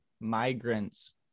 migrants